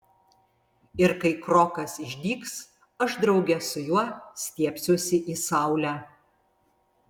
ir kai krokas išdygs aš drauge su juo stiebsiuosi į saulę